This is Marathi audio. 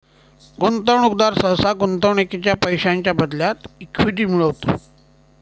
गुंतवणूकदार सहसा गुंतवणुकीच्या पैशांच्या बदल्यात इक्विटी मिळवतो